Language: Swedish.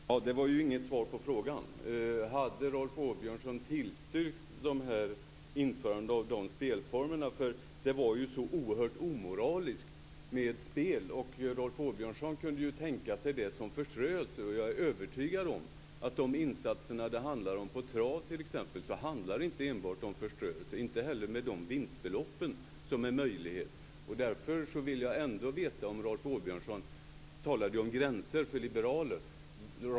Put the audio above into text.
Fru talman! Det var ju inget svar på frågan. Skulle Rolf Åbjörnsson ha tillstyrkt införande av de här spelformerna? Det skulle ju vara så oerhört omoraliskt med spel. Rolf Åbjörnsson kunde ju tänka sig spel som förströelse, men jag är övertygad om att med de insatser och med de möjliga vinstbelopp som det handlar om i travsammanhang är det inte enbart fråga om förströelse. Rolf Åbjörnsson talade om gränser för liberaler.